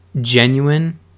genuine